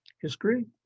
History